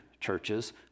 churches